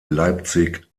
leipzig